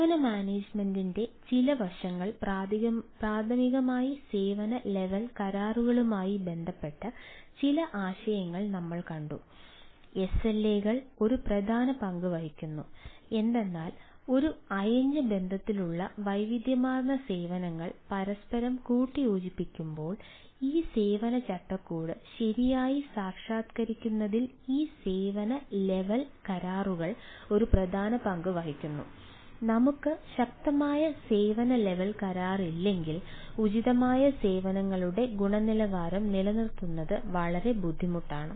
സേവന മാനേജ്മെന്റിന്റെ ചില വശങ്ങൾ പ്രാഥമികമായി സേവന ലെവൽ കരാറുകളുമായി ബന്ധപ്പെട്ട് ചില ആശയങ്ങൾ നമ്മൾ കണ്ടു എസ് എൽ എ കൾ ഒരു പ്രധാന പങ്ക് വഹിക്കുന്നു എന്തെന്നാൽ ഒരു അയഞ്ഞ ബന്ധത്തിലുള്ള വൈവിധ്യമാർന്ന സേവനങ്ങൾ പരസ്പരം കൂട്ടിയോജിപ്പിക്കുമ്പോൾ ഈ സേവന ചട്ടക്കൂട് ശരിയായി സാക്ഷാത്കരിക്കുന്നതിൽ ഈ സേവന ലെവൽ കരാറുകൾ ഒരു പ്രധാന പങ്ക് വഹിക്കുന്നു നമുക്ക് ശക്തമായ സേവന ലെവൽ കരാറില്ലെങ്കിൽ ഉചിതമായ സേവനങ്ങളുടെ ഗുണനിലവാരം നിലനിർത്തുന്നത് വളരെ ബുദ്ധിമുട്ടാണ്